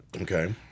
Okay